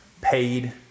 paid